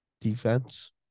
Defense